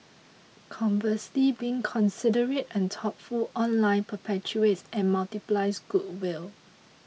conversely being considerate and thoughtful online perpetuates and multiplies goodwill